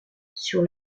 sur